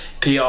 PR